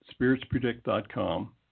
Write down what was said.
spiritspredict.com